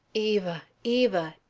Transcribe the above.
eva! eva!